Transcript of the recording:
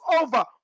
over